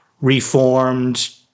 reformed